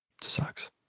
Sucks